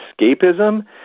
escapism